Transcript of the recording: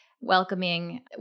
welcoming